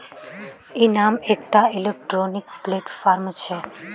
इनाम एकटा electronic platform छेक